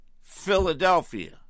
Philadelphia